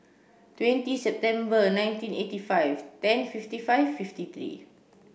twenty September nineteen eighty five ten fifty five fifty three